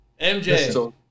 MJ